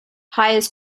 hires